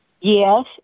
Yes